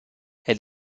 elle